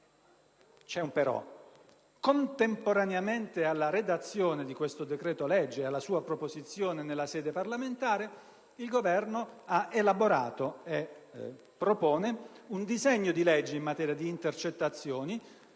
c'è un però - contemporaneamente alla redazione di questo decreto-legge ed alla sua proposizione nella sede parlamentare, il Governo ha elaborato e proposto un disegno di legge in materia di intercettazioni